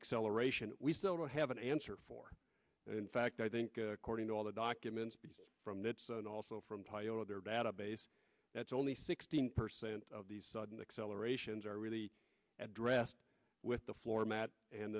acceleration we still don't have an answer for in fact i think according to all the documents from that also from pyo their database that's only sixteen percent of these sudden accelerations are really addressed with the floor mat and